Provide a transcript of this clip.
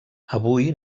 avui